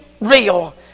real